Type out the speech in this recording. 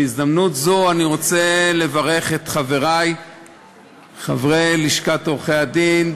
בהזדמנות זו אני רוצה לברך את חברי חברי לשכת עורכי-הדין,